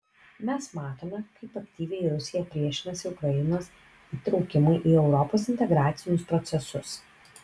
mes matome kaip aktyviai rusija priešinasi ukrainos įtraukimui į europos integracinius procesus